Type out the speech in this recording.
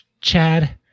Chad